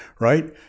right